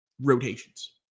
rotations